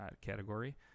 category